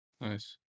Nice